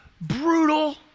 brutal